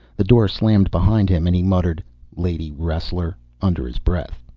the door slammed behind him and he muttered lady wrestler under his breath.